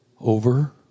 over